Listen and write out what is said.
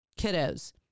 kiddos